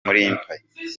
empire